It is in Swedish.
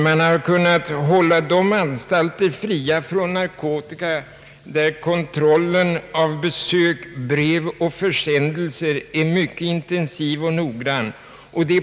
Man har kunnat hålla de anstalter fria från narkotika där kontrollen av besök, brev och försändelser är mycket intensiv och noggrann.